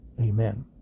Amen